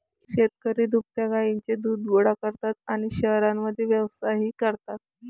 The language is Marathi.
शेतकरी दुभत्या गायींचे दूध गोळा करतात आणि शहरांमध्ये व्यवसायही करतात